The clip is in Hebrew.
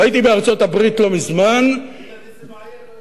והייתי בארצות-הברית לא מזמן, איזה בעיה?